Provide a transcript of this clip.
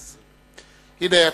הנה,